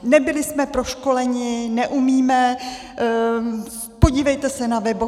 Nebyli jsme proškoleni, neumíme, podívejte se na webovky.